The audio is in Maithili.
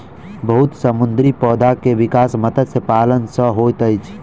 बहुत समुद्री पौधा के विकास मत्स्य पालन सॅ होइत अछि